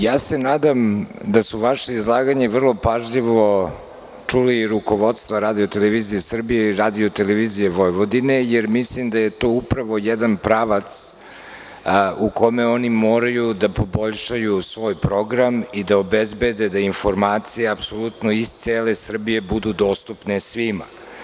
Ja se nadam da su vaše izlaganje vrlo pažljivo čuli i rukovodstvo RTS i RTV, jer mislim da je to upravo jedan pravac u kome oni moraju da poboljšaju svoj program i da obezbede da informacije iz cele Srbije budu dostupne svima.